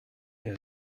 der